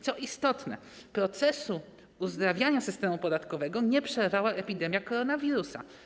Co istotne, procesu uzdrawiania systemu podatkowego nie przerwała epidemia koronawirusa.